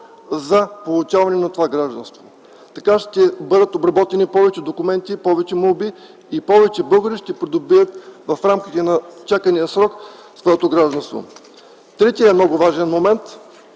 за получаване на това гражданство. Така ще бъдат обработени повече документи и молби и повече българи ще придобият в рамките на чакания срок своето гражданство. 3. Отпада ролята